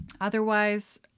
otherwise